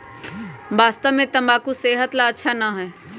वास्तव में तंबाकू सेहत ला अच्छा ना है